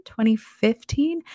2015